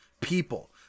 people